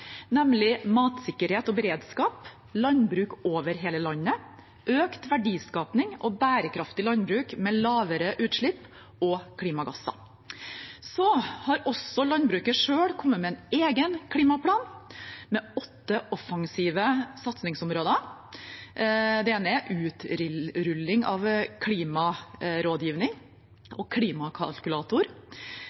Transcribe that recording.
nemlig matsikkerhet og beredskap, landbruk over hele landet, økt verdiskaping og bærekraftig landbruk med lavere utslipp av klimagasser. Så har også landbruket selv kommet med en egen klimaplan med åtte offensive satsingsområder. Det ene er utrulling av klimarådgivning og klimakalkulator.